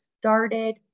started